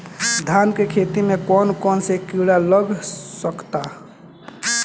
धान के खेती में कौन कौन से किड़ा लग सकता?